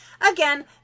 again